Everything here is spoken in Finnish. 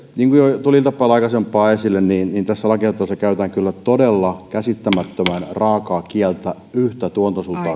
jo tuli aikaisemmin iltapäivällä esille niin niin tässä lakialoitteessa käytetään kyllä todella käsittämättömän raakaa kieltä yhtä tuotantosuuntaa